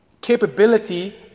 capability